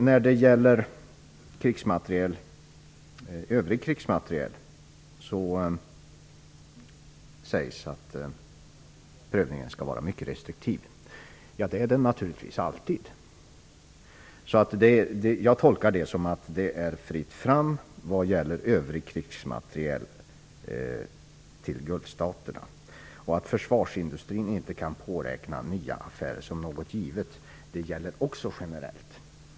Vad gäller prövningen av övrig krigsmateriel sägs det att den skall vara mycket restriktiv. Men det är den naturligtvis alltid. Jag tolkar detta som att det är fritt fram för övrig krigsmateriel att levereras till Gulfstaterna. Det faktum att försvarsindustrin inte kan påräkna nya affärer som något givet gäller också generellt.